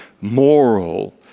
moral